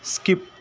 skip